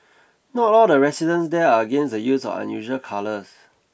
not all the residents there are against the use of unusual colours